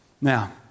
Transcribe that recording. Now